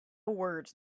words